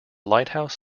lighthouse